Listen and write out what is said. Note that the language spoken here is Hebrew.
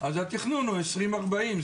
אז התכנון הוא 2040,